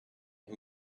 who